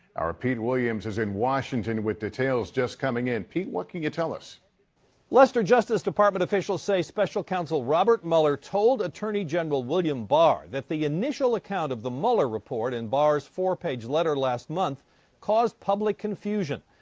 our pete williams is in washington with details just coming in. pete, what can you tell us? reporter lester, justice department officials say special counsel robert mueller told attorney general william barr that the initial account of the mueller report in barr's four-page letter last month caused public confusion.